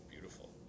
beautiful